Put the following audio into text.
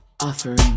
offering